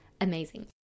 amazing